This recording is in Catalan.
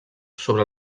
sobre